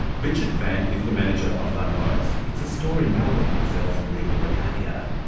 richard phan is the manager of ludlows, it's a store in melbourne that sells legal regalia.